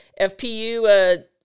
FPU